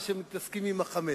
שמתעסקים בחמץ.